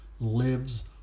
lives